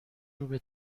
روبه